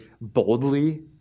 boldly